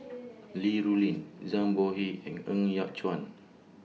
Li Rulin Zhang Bohe and Ng Yat Chuan